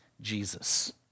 Jesus